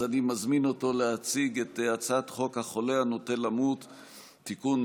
אז אני מזמין אותו להציג את הצעת חוק החולה הנוטה למות (תיקון,